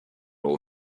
all